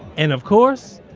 and of course,